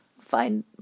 Find